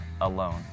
alone